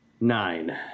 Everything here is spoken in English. Nine